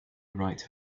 right